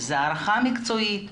זאת הערכה מקצועית,